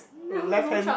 left hand